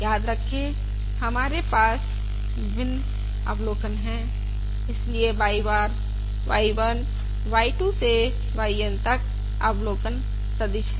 याद रखें हमारे पास विभिन्न अवलोकन है इसलिए y बार y 1 y 2 से yN तक अवलोकन सदिश है